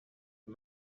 the